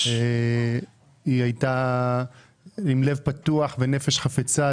היא הייתה עם לב פתוח ונפש חפצה.